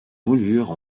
moulures